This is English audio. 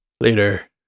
Later